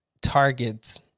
targets